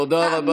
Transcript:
תודה רבה.